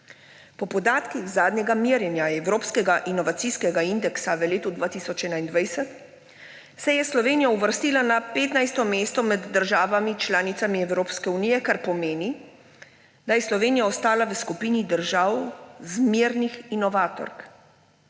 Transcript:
Po podatkih zadnjega merjenja evropskega inovacijskega indeksa v letu 2021 se je Slovenija uvrstila na 15. mesto med državami članicami Evropske unije, kar pomeni, da je Slovenija ostala v skupini držav zmernih inovatork.